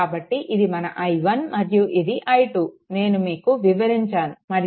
కాబట్టి ఇది మన i1 మరియు ఇది మన i2 నేను మీకు వివరించాను మరియు ఇది Voc VThevenin